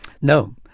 No